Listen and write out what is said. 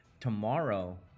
tomorrow